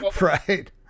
Right